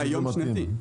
זה שנתי היום.